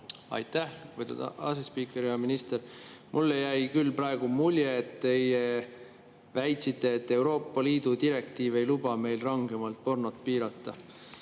Aitäh, lugupeetud asespiiker! Hea minister! Mulle jäi küll praegu mulje, et teie väitsite, et Euroopa Liidu direktiiv ei luba meil rangemalt pornot piirata.